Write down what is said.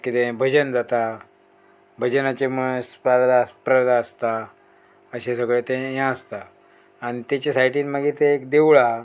किदेंय भजन जाता भजनाचें म्हळ्यार स्पर्धा स्प्रर्धा आसता अशें सगळें तें हें आसता आनी तेच्या सायडीन मागीर तें एक देवूळ हा